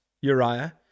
Uriah